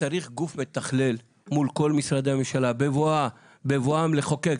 צריך גוף מתכלל מול כל משרדי הממשלה בבואם לחוקק.